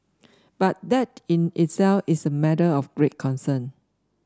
but that in itself is a matter of great concern